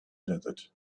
desert